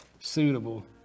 suitable